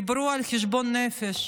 דיברו על חשבון נפש.